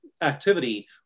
activity